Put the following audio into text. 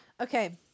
okay